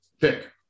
pick